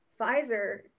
Pfizer